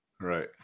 right